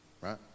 right